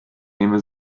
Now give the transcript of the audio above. nehme